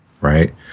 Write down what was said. Right